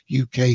UK